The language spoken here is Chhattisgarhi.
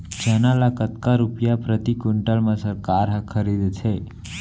चना ल कतका रुपिया प्रति क्विंटल म सरकार ह खरीदथे?